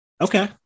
Okay